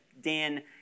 Dan